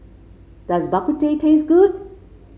does Bak Kut Teh taste good